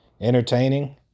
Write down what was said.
entertaining